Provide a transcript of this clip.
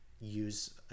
use